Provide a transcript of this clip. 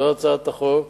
זו הצעת החוק,